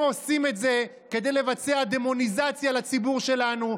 הם עושים את זה כדי לבצע דמוניזציה לציבור שלנו,